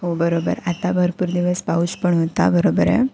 हो बरोबर आता भरपूर दिवस पाऊस पण होता बरोबर आहे